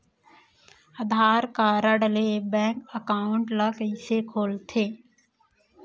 आधार card ले bank account ल कइसे खोलथे?